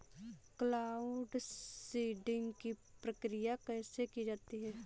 Cloud seeding की प्रक्रिया कैसे की जाती है?